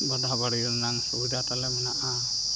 ᱵᱟᱫᱷᱟ ᱵᱟᱲᱜᱮ ᱨᱮᱱᱟᱝ ᱥᱩᱵᱤᱫᱷᱟ ᱛᱟᱞᱮ ᱢᱮᱱᱟᱜᱼᱟ